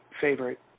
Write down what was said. favorite